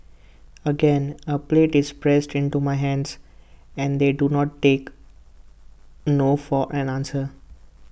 again A plate is pressed into my hands and they do not take no for an answer